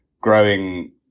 growing